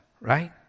right